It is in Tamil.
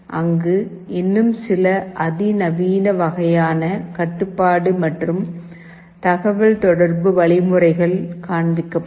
அங்கு இன்னும் சில அதிநவீன வகையான கட்டுப்பாடு மற்றும் தகவல் தொடர்பு வழிமுறைகள் காண்பிக்கப்படும்